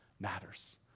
matters